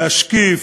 להשקיף,